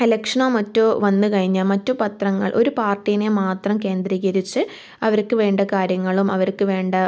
ഇലക്ഷനോ മറ്റോ വന്ന് കഴിഞ്ഞാൽ മറ്റ് പത്രങ്ങൾ ഒരു പാർട്ടീനെ മാത്രം കേന്ദ്രീകരിച്ച് അവർക്ക് വേണ്ട കാര്യങ്ങളും അവർക്ക് വേണ്ട